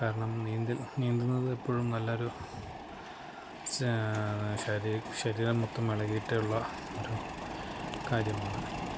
കാരണം നീന്തല് നീന്തുന്നത് എപ്പോഴും നല്ലൊരു സാ ശരി ശരീരം മൊത്തം ഇളകിയിട്ടുള്ള ഒരു കാര്യമാണ്